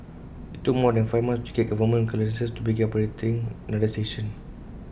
IT took more than five months to get government clearances to begin operating another station